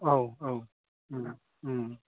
औ औ